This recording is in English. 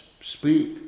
speak